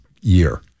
year